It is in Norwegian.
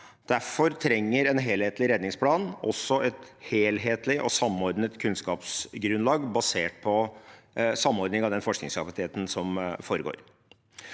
Derfor trenger en helhetlig redningsplan også et helhetlig og samordnet kunnskapsgrunnlag basert på samordningen av den forskningsaktiviteten som foregår.